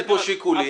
אין פה שיקולים,